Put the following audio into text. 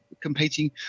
competing